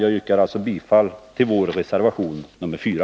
Jag yrkar alltså bifall till vår reservation nr 4.